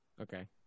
Okay